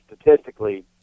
statistically